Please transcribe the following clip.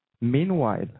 meanwhile